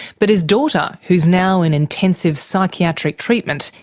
but his daughter, who is now in intensive psychiatric treatment,